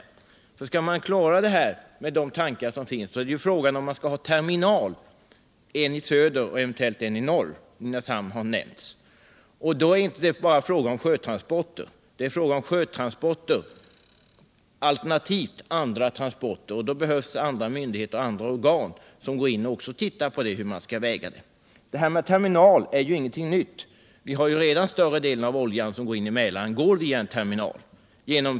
Skall man nämligen klara uppgifterna när det gäller de tankbåtar som finns kan det bli nödvändigt med en eller två terminaler, en i söder och eventuellt en i norr — Nynäshamn har nämnts för den södra. Skall man ha terminaler är det alltså inte enbart fråga om sjötransporter, utan det blir fråga om såväl sjötransporter som alternativt andra transporter. Andra myndigheter och organ än sjöfartsverket behöver då överväga frågorna. Det är inget nytt att arbeta med terminal. Större delen av den olja som går in i Mälaren går redan via en terminal.